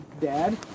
Dad